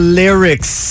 lyrics